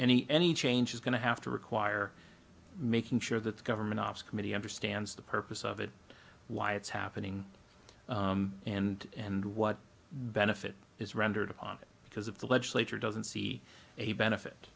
any any change is going to have to require making sure that the government office committee understands the purpose of it why it's happening and and what benefit is rendered on it because if the legislature doesn't see a benefit